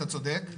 אתה צודק,